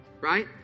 Right